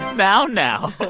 now, now.